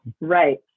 Right